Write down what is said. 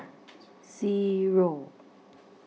Zero